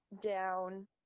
down